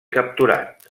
capturat